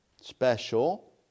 special